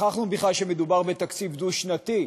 שכחנו בכלל שמדובר בתקציב דו-שנתי,